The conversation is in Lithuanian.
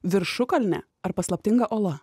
viršukalnę ar paslaptinga ola